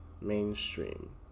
Mainstream